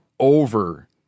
Over